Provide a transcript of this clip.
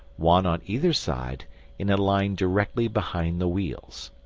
one on either side in a line directly behind the wheels.